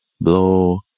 blow